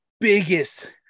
biggest